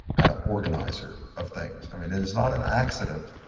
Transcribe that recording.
kind of organizer of things. i mean it is not an accident